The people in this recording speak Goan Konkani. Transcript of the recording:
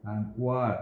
सांकवाळ